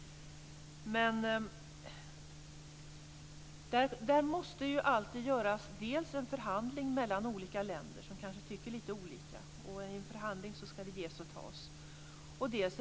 Dels måste alltid ske en förhandling mellan olika länder som kanske tycker lite olika, och i en förhandling skall det ju ges och tas.